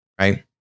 right